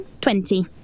Twenty